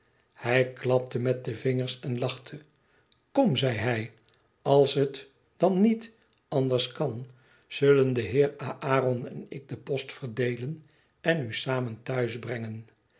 hij klapte met de vingers en lachte kom zei hij als het dan niet anders kan zullen de heer aron en ik den post verdeelen en u samen thuis